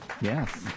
yes